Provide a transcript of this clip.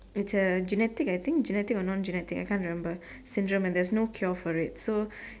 it's a genetic I think genetic or non genetic I can't remember syndrome and there's no cure for it so